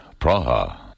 Praha